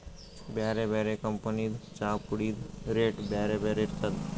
ಬ್ಯಾರೆ ಬ್ಯಾರೆ ಕಂಪನಿದ್ ಚಾಪುಡಿದ್ ರೇಟ್ ಬ್ಯಾರೆ ಬ್ಯಾರೆ ಇರ್ತದ್